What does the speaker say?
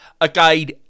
again